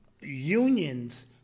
unions